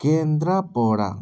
Kendrapara